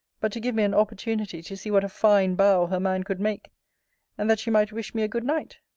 but to give me an opportunity to see what a fine bow her man could make and that she might wish me a good night.